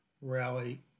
rally